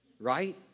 Right